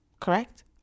Correct